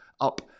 up